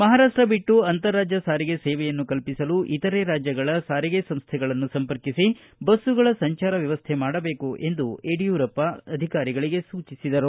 ಮಹಾರಾಷ್ಷ ಬಿಟ್ಟು ಅಂತರ ರಾಜ್ಯ ಸಾರಿಗೆ ಸೇವೆಯನ್ನು ಕಲ್ಪಿಸಲು ಇತರೆ ರಾಜ್ಯಗಳ ಸಾರಿಗೆ ಸಂಸ್ಟೆಗಳನ್ನು ಸಂಪರ್ಕಿಸಿ ಬಸ್ಸುಗಳ ಸಂಚಾರ ವ್ಯವಸ್ಥೆ ಮಾಡಬೇಕು ಎಂದು ಯಡಿಯೂರಪ್ಪ ಸೂಚಿಸಿದರು